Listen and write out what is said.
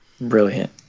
Brilliant